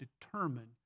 determine